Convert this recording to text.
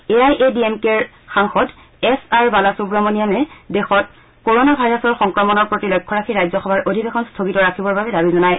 A I A D M কেৰ S R Bala সুব্ৰমণিয়মে দেশত ক'ৰ'ণা ভাইৰাছৰ সংক্ৰমণৰ প্ৰতি লক্ষ্য ৰাখি ৰাজ্য সভাৰ অধিৱেশন স্থগিত ৰাখিবৰ বাবে দাবী জনায়